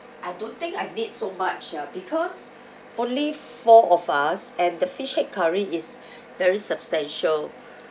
I don't think I need so much ya because only four of us and the fish head curry is very substantial